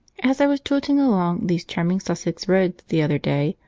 as i was jolting along these charming sussex roads the other day,